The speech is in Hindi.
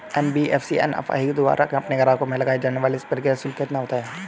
एन.बी.एफ.सी एम.एफ.आई द्वारा अपने ग्राहकों पर लगाए जाने वाला प्रक्रिया शुल्क कितना होता है?